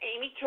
Amy